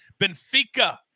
Benfica